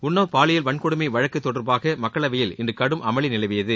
உன்னவ் பாலியல் வன்கொடுமை வழக்கு தொடர்பாக மக்களவையில் இன்று கடும் அமளி நிலவியது